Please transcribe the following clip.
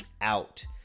out